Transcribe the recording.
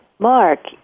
Mark